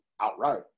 outright